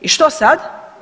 I što sad?